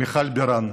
מיכל בירן.